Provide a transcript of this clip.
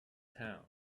town